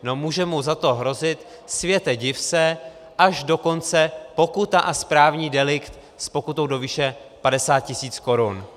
No může mu za to hrozit, světe div se, až dokonce pokuta a správní delikt s pokutou do výše 50 tisíc korun.